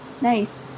Nice